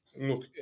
Look